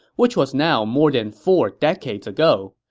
which was now more than four decades ago.